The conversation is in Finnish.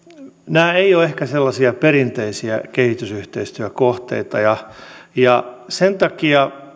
nämä eivät ole ehkä sellaisia perinteisiä kehitysyhteistyökohteita sen takia